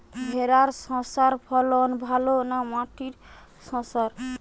ভেরার শশার ফলন ভালো না মাটির শশার?